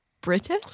British